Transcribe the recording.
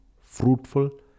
fruitful